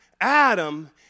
Adam